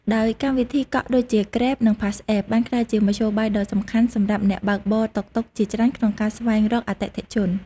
ដោយកម្មវិធីកក់ ដូចជា Grab និង PassApp បានក្លាយជាមធ្យោបាយដ៏សំខាន់សម្រាប់អ្នកបើកបរតុកតុកជាច្រើនក្នុងការស្វែងរកអតិថិជន។